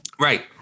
Right